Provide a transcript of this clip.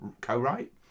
co-write